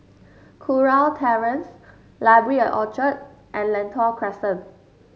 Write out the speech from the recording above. Kurau Terrace Library at Orchard and Lentor Crescent